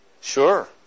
Sure